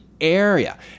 Area